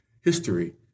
history